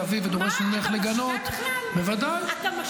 אביב ודורש ממך לגנות --- מה אתה משווה בכלל?